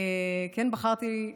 כי כן בחרתי,